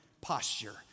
posture